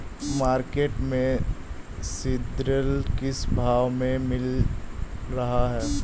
Market में seed drill किस भाव में मिल रहा है?